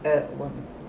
at one